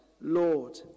Lord